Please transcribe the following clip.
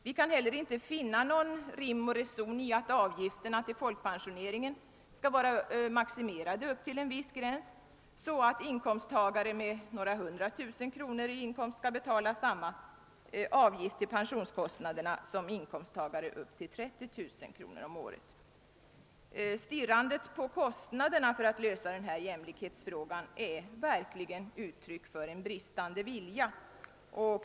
Vi kan heller inte finna någon rim och reson i att avgifterna till folkpensioneringen skall vara maximerade vid en viss gräns, så att inkomsttagare med några 100 000 kr. i inkomst skall betala samma avgift till pensionskostnaderna som inkomsttagare med 30 000 kr. om året. Stirrandet på kostnaderna för en lösning av denna jämlikhetsfråga är verkligen ett uttryck för bristande vilja.